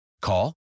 Call